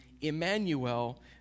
Emmanuel